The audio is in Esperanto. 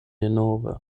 denove